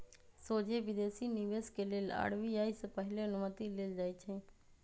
सोझे विदेशी निवेश के लेल आर.बी.आई से पहिले अनुमति लेल जाइ छइ